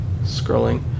Scrolling